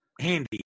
Handy